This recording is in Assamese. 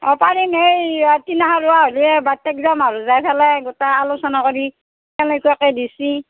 অঁ পাৰিম সেই ৰুৱা হ'লেই বাইৰ তাত যাম আৰু যাই পেলাই গোটাই আলোচনা কৰি কেনেকুৱাকে দিছি